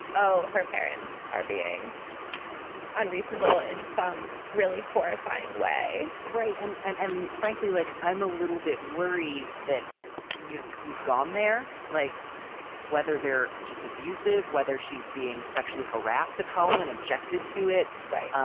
oh. her parents are being unreasonable in some really horrifying way right and and and frankly, like, i'm a little bit worried that you've you've gone there. like whether they're just abusive, whether she's being sexually harassed at home and objected to it. right.